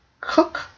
Cook